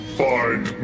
find